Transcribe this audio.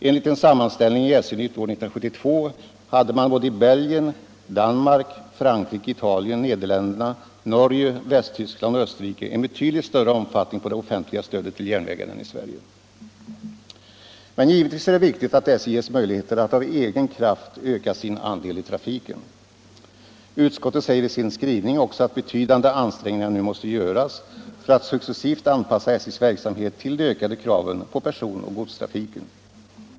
Enligt en sammanställning i SJ-Nytt år 1972 hade man i Belgien, Danmark, Frankrike, Italien, Nederländerna, Norge, Västtyskland och Österrike en betydligt större omfattning på det offentliga stödet till järnvägarna än i Sverige. Men givetvis är det viktigt att SJ ges möjligheter att av egen kraft öka sin andel i trafiken. Utskottet säger i sin skrivning att betydande ansträngningar nu måste göras för att successivt anpassa SJ:s verksamhet till de ökade kraven på personoch godstrafiken.